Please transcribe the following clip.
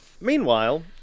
Meanwhile